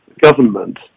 government